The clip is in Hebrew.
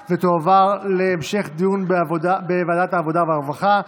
עברה ותועבר לוועדת העבודה והרווחה.